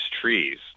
trees